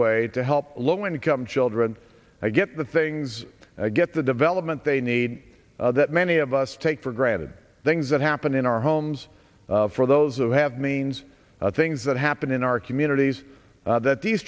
way to help low income children get the things and get the development they need that many of us take for granted things that happen in our homes for those who have means that things that happen in our communities that these